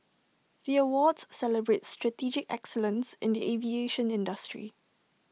the awards celebrate strategic excellence in the aviation industry